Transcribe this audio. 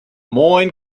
moin